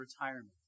retirement